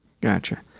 Gotcha